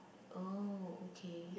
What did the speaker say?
oh okay